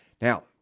Now